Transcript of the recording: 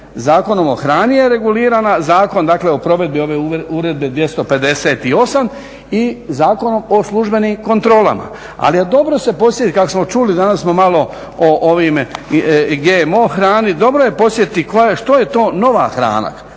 Zakonom o hrani je regulirana, Zakon dakle o provedbi ove Uredbe 258 i Zakonom o službenim kontrolama. Ali je dobro se podsjetiti kako smo čuli, danas smo malo o ovoj GMO hrani, dobro je posjetiti što je to nova hrana.